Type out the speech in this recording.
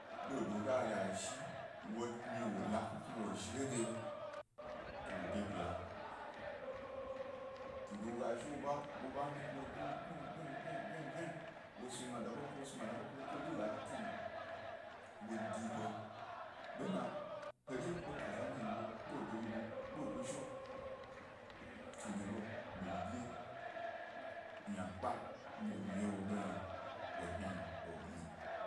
Bo do gag a zhi miji wo la tnutnu wo zhi he ga ke wo de duya, dodo wo ga zhi wo ḃa mi wodye kuhe ve. v eve v eve ke wo snu gbma da ḃo kuhe, snu gbmada ḃo ku he ke wo de gbmi ya peru, hedye wye kpe kazanyi ḃa do yi ḃo, ḃo do zhi, tugni lo ynakpe ndye mi ye wo be yna wo hna emue.